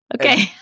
Okay